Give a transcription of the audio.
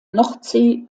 nordsee